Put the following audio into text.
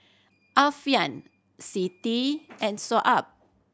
Alfian Siti and Shoaib